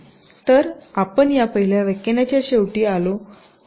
तर आपण या पहिल्या व्याख्यानाच्या शेवटी आलो आहोत